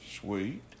sweet